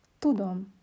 Tudom